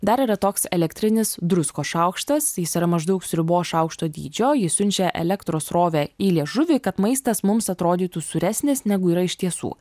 dar yra toks elektrinis druskos šaukštas jis yra maždaug sriubos šaukšto dydžio jis siunčia elektros srovę į liežuvį kad maistas mums atrodytų sūresnis negu yra iš tiesų